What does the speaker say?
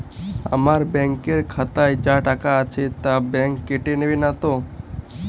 আমার ব্যাঙ্ক এর খাতায় যা টাকা আছে তা বাংক কেটে নেবে নাতো?